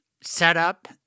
setup